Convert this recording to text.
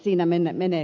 siinä menee kyl lä